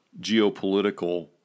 geopolitical